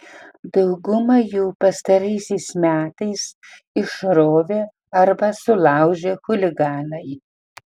daugumą jų pastaraisiais metais išrovė arba sulaužė chuliganai